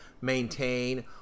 maintain